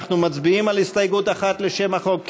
אנחנו מצביעים על הסתייגות מס' 1 לשם החוק?